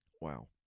Wow